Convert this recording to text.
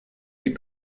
die